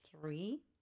three